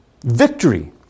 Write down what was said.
Victory